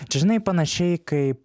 čia žinai panašiai kaip